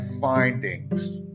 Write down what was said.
findings